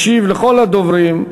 ראשון הדוברים,